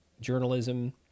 journalism